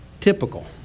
typical